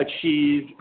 achieve